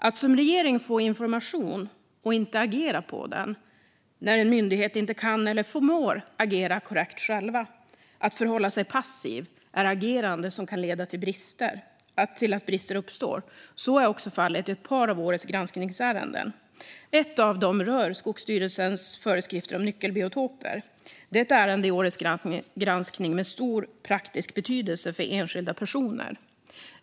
Att som regering få information och inte agera på den, när en myndighet inte kan eller förmår agera korrekt själva, att förhålla sig passiv, är agerande som kan leda till att brister uppstår. Så är också fallet i ett par av årets granskningsärenden. Ett av dem rör Skogsstyrelsens föreskrifter om nyckelbiotoper. Det är ett ärende i årets granskning med stor praktisk betydelse för enskilda personer.